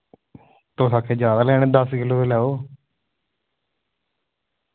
तुस आक्खेआ ज्यादा लैने दस किल्लो ते लाओ